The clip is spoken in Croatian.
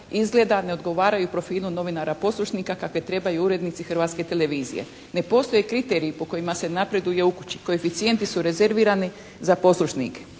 ne odgovaraju profilu novinara poslušnika kakve trebaju urednici Hrvatske televizije». Ne postoje kriterije po kojima se napreduje u kući. Koeficijenti su rezervirani za poslušnike.